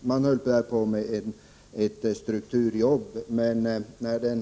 Man håller där på med ett strukturarbete.